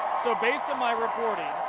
so based on my reporting,